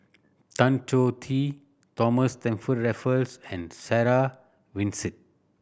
Tan Choh Tee Thomas Stamford Raffles and Sarah Winstedt